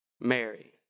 Mary